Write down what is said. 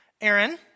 Aaron